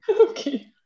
Okay